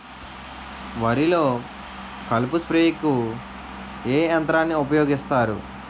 వరిలో కలుపు స్ప్రేకు ఏ యంత్రాన్ని ఊపాయోగిస్తారు?